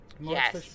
Yes